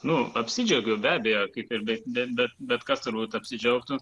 nu apsidžiaugiau be abejo kaip ir bet bet bet bet kas turbūt apsidžiaugtų